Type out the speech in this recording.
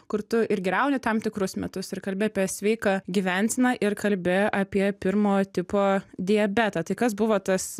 kur tu ir griauni tam tikrus mitus ir kalbi apie sveiką gyvenseną ir kalbi apie pirmo tipo diabetą tai kas buvo tas